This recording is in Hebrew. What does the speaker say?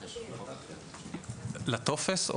לטופס?